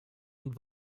und